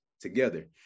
together